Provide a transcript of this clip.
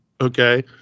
Okay